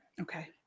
okay